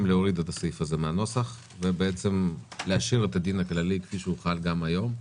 להוריד את הסעיף מן הנוסח ולהשאיר את הדין הכללי כפי שחל היום.